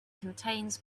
contains